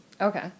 okay